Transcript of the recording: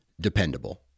dependable